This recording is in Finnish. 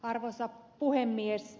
arvoisa puhemies